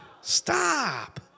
Stop